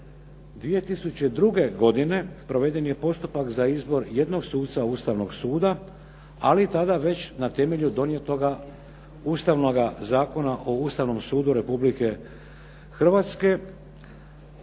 2002. godine proveden je postupak za izbor jednog suca Ustavnog suda, ali tada već na temelju donijetoga Ustavnoga zakona o Ustavnom sudu Republike Hrvatske.